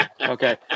Okay